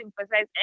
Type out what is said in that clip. emphasize